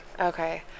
okay